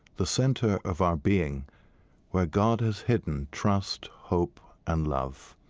the center of our being where god has hidden trust, hope, and love.